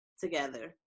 together